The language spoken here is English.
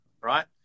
right